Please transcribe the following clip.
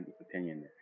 opinion